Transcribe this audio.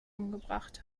umgebracht